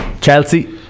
chelsea